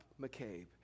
McCabe